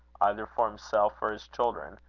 either for himself or his children,